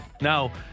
now